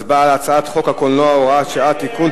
הצבעה על הצעת חוק הקולנוע (הוראת שעה) (תיקון,